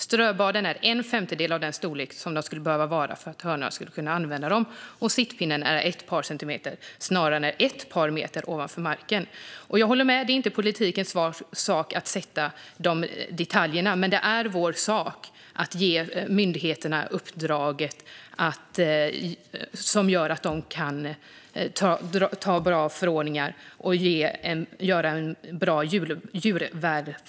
Ströbaden är en femtedel av den storlek de skulle behöva vara för att hönorna ska kunna använda dem, och sittpinnen är placerad ett par centimeter snarare än ett par meter ovanför marken. Jag håller med om att det inte är vår sak att inom politiken ange sådana detaljer, men det är vår sak att ge myndigheterna uppdrag som gör att de kan skriva bra förordningar och skapa en god välfärd för djuren.